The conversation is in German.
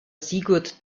sigurd